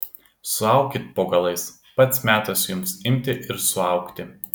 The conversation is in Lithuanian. suaukit po galais pats metas jums imti ir suaugti